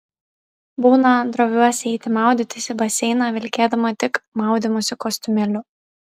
būna droviuosi eiti maudytis į baseiną vilkėdama tik maudymosi kostiumėliu